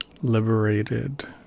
liberated